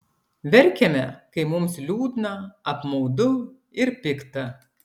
verkiame kai mums liūdna apmaudu ir pikta